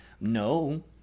no